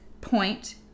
point